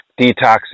detoxing